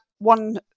one